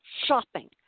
shopping